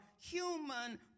human